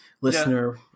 listener